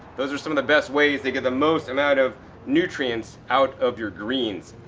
those are some of the best ways to get the most amount of nutrients out of your greens.